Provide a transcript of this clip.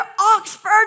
Oxford